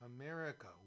America